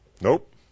Nope